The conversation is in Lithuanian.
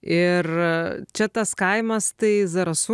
ir čia tas kaimas tai zarasų